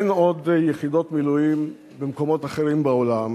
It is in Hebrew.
אין עוד יחידות מילואים במקומות אחרים בעולם